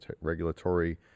regulatory